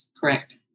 Correct